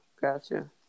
Gotcha